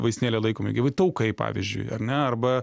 vaistinėlėj laikomi gi va taukai pavyzdžiui ar ne arba